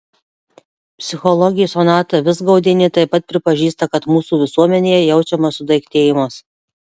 psichologė sonata vizgaudienė taip pat pripažįsta kad mūsų visuomenėje jaučiamas sudaiktėjimas